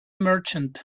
merchant